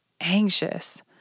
anxious